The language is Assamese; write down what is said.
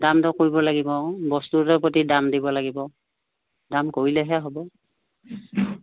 দাম দৰ কৰিব লাগিব আকৌ বস্তুটোৰ প্ৰতি দাম দিব লাগিব দাম কৰিলেহে হ'ব